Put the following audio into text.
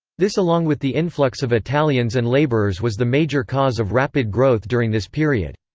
this along with the influx of italians and laborers was the major cause of rapid growth during this period.